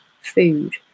food